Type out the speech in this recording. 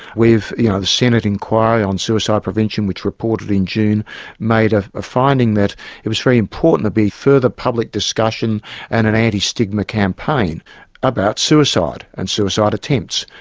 with you know the senate inquiry on suicide prevention which reported in june made a ah finding that it was very important there be further public discussion and an anti-stigma campaign about suicide and suicide attempts.